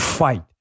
fight